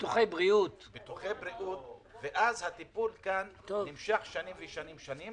ביטוחי בריאות ואז הטיפול כאן נמשך שנים על גבי שנים